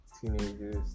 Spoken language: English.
teenagers